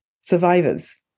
survivors